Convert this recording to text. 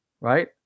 right